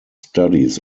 studies